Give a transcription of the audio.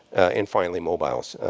and, finally, mobiles,